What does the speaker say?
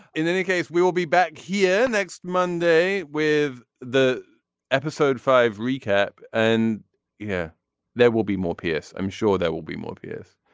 in any case we will be back here next monday with the episode five recap. and yeah there will be more pierce. i'm sure there will be more viewers.